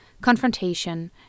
confrontation